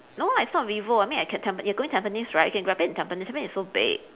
no lah it's not vivo I mean I can tamp~ you going tampines right we can grab it at tampines tampines is so big